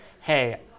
hey